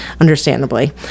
understandably